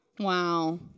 Wow